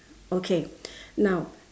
okay now